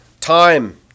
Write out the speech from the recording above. Time